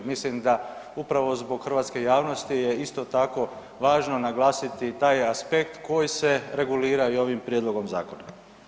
Mislim da upravo zbog hrvatske javnosti je isto tako važno naglasiti taj aspekt koji se regulira ovim prijedlogom zakona.